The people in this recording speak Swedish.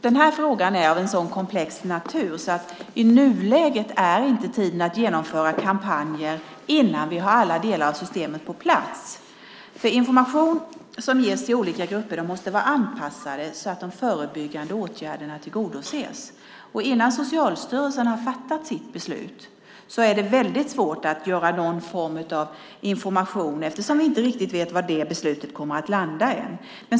Den här frågan är av en sådan komplex natur att det i nuläget, innan vi har alla delar av systemet på plats, inte är rätt tid att genomföra kampanjer. Information som ges till olika grupper måste vara anpassad så att de förebyggande åtgärderna tillgodoses. Innan Socialstyrelsen har fattat sitt beslut är det väldigt svårt att utforma någon information eftersom vi ännu inte riktigt vet var beslutet kommer att landa.